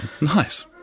Nice